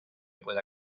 pueda